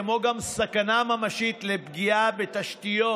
כמו גם סכנה ממשית לפגיעה בתשתיות.